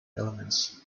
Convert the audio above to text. elements